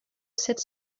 sept